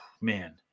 man